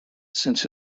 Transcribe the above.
since